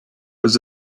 was